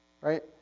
Right